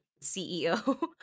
CEO